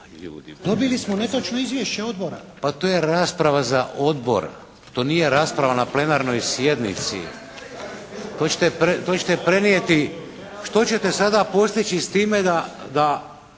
to je rasprava za odbor. To nije rasprava na plenarnoj sjednici. To ćete prenijeti. Što ćete sada postići s time da,